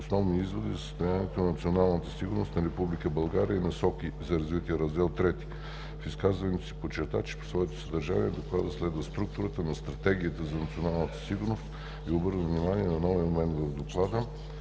Основни изводи за състоянието на националната сигурност на Република България и насоки за развитие (Раздел III). В изказването си подчерта, че по своето съдържание Докладът следва структурата на Стратегията за националната сигурност и обърна внимание на новия момент в Доклада